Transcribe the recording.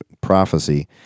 prophecy